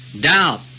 doubt